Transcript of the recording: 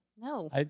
no